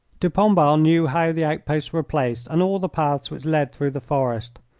de pombal knew how the outposts were placed and all the paths which led through the forest.